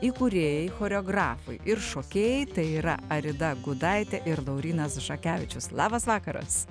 įkūrėjai choreografai ir šokėjai tai yra arida gudaitė ir laurynas žakevičius labas vakaras